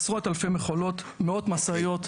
עשרות אלפי מכולות, מאות משאיות.